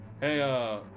hey